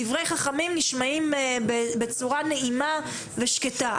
דברי חכמים נשמעים בצורה נעימה ושקטה,